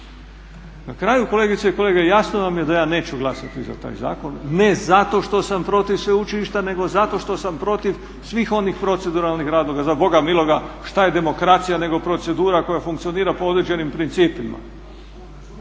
Na kraju, kolegice i kolege, jasno vam je da ja neću glasati za taj zakon, ne zato što sam protiv sveučilišta nego zato što sam protiv svih onih proceduralnih razloga. Za Boga miloga šta je demokracija nego procedura koja funkcionira po određenim principima.